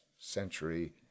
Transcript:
century